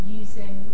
using